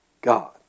God